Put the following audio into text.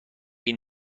این